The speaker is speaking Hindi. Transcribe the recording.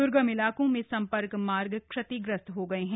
द्र्गम इलाकों में संपर्क मार्ग क्षतिग्रस्त हो गए हैं